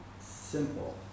simple